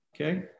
okay